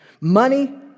Money